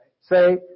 Say